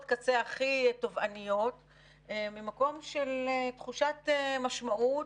הקצה הכי תובעניות ממקום של תחושת משמעות,